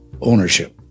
ownership